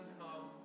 come